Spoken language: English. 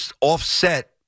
offset